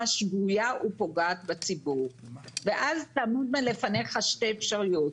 שגויה ופוגעת בציבור ואז תעמודנה לפניך שתי אפשרויות,